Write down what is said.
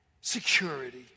security